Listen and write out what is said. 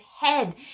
head